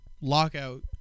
lockout